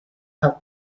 have